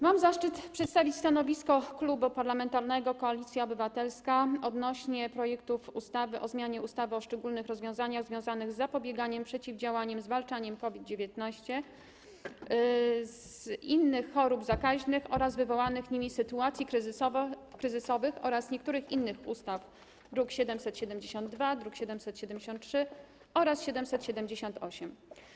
Mam zaszczyt przedstawić stanowisko Klubu Parlamentarnego Koalicja Obywatelska w sprawie projektów ustaw o zmianie ustawy o szczególnych rozwiązaniach związanych z zapobieganiem, przeciwdziałaniem i zwalczaniem COVID-19, innych chorób zakaźnych oraz wywołanych nimi sytuacji kryzysowych oraz niektórych innych ustaw, druki nr 772, 773 i 778.